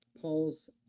Paul's